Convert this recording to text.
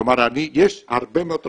יש הרבה מאוד רעיונות,